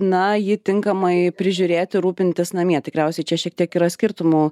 na jį tinkamai prižiūrėti rūpintis namie tikriausiai čia šiek tiek yra skirtumų